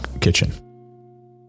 kitchen